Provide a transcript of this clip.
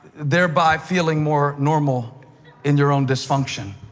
thereby feeling more normal in your own dysfunction.